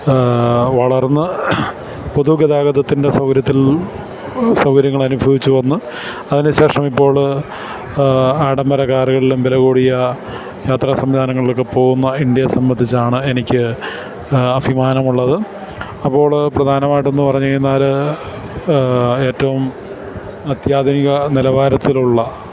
വളർന്ന് പൊതുഗതാഗതത്തിൻ്റെ സൗകര്യങ്ങൾ അനുഭവിച്ചുവന്ന് അതിനുശേഷം ഇപ്പോള് ആഡംബരക്കാറുകളിലും വിലകൂടിയ യാത്രാ സംവിധാനങ്ങളിലുമൊക്കെ പോകുന്ന ഇന്ത്യയെ സംബന്ധിച്ചാണ് എനിക്ക് അഭിമാനമുള്ളത് അപ്പോള് പ്രധാനമായിട്ടെന്ന് പറഞ്ഞുകഴിഞ്ഞാല് ഏറ്റവും അത്യാധുനിക നിലവാരത്തിലുള്ള